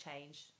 change